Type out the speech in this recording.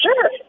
Sure